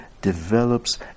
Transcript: develops